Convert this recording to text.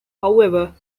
however